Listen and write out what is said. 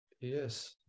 Yes